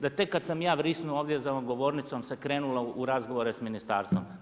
Da tek kada sam ja vrisnuo ovdje za ovom govornicom se krenulo u razgovore sa ministarstvom.